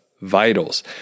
vitals